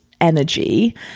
energy